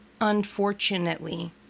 unfortunately